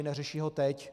Neřeší ho teď.